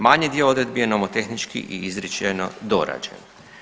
Manji dio odredbi je nomotehnički i izričajno dorađen.